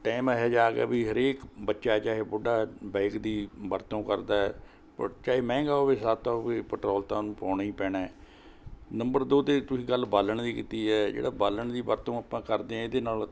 time ਇਹੋ ਜਿਹਾ ਆ ਗਿਆ ਵੀ ਹਰੇਕ ਬੱਚਾ ਚਾਹੇ ਬੁੱਢਾ ਬਾਇਕ ਦੀ ਵਰਤੋਂ ਕਰਦਾ ਪ ਚਾਹੇ ਮਹਿੰਗਾ ਹੋਵੇ ਸਸਤਾ ਹੋਵੇ ਪੈਟਰੋਲ ਤਾਂ ਉਹਨੂੰ ਪਵਾਉਣਾ ਹੀ ਪੈਣਾ ਨੰਬਰ ਦੋ 'ਤੇ ਤੁਸੀਂ ਗੱਲ ਬਾਲਣ ਦੀ ਕੀਤੀ ਹੈ ਜਿਹੜਾ ਬਾਲਣ ਦੀ ਵਰਤੋਂ ਆਪਾਂ ਕਰਦੇ ਹਾਂ ਇਹਦੇ ਨਾਲ਼